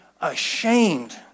ashamed